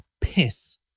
piss